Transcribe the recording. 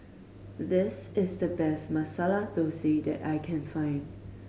this is the best Masala Thosai that I can find